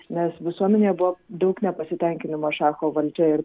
nes visuomenėje buvo daug nepasitenkinimo šacho valdžia ir